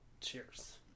Cheers